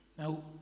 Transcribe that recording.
Now